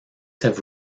have